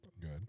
good